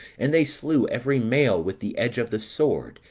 and they slew every male with the edge of the sword,